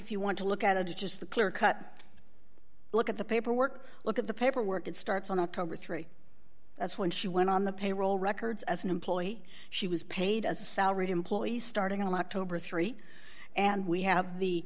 if you want to look at the just the clear cut look at the paperwork look at the paperwork it starts on october three that's when she went on the payroll records as an employee she was paid as a salaried employee starting a locked over three and we have the